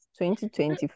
2024